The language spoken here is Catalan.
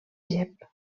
gep